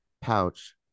pouch